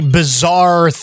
bizarre